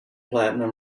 platinum